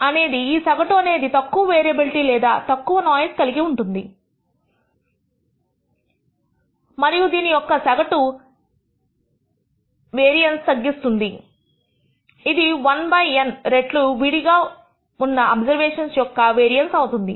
అనేది ఈ సగటు అనేది తక్కువ వేరియబిలిటీ లేదా తక్కువ నోఇస్ కలిగి ఉంటుంది మరియు దీని యొక్క ఈ సగటు యొక్క వేరియన్స్ తగ్గిస్తుంది ఇది 1 బై N రెట్లు విడిగా ఉన్న అబ్జర్వేషన్స్ యొక్క వేరియన్స్ అవుతుంది